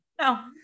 no